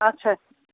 اچھا